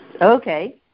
Okay